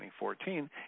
2014